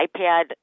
iPad